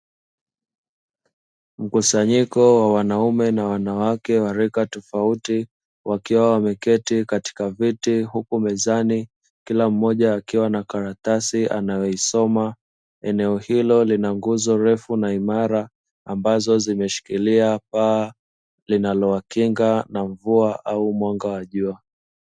Mkusanyiko wa wanaume na wanawake wa rika tofauti wakiwa wameketi katika viti, huku mezani kila mmoja akiwa na karatasi anayoisoma. Eneo hilo lina nguzo refu na imara ambazo zimeshikilia paa, linalowakinga na mvua au mwanga wa jua.